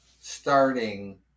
starting